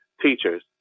teachers